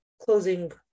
closing